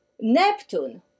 Neptune